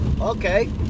okay